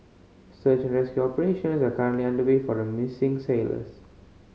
search and rescue operations are currently underway for the missing sailors